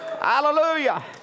Hallelujah